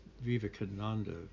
Vivekananda